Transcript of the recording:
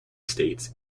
states